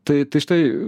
tai tai štai